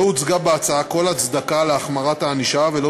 לא הוצגה בהצעה כל הצדקה להחמרת הענישה ולא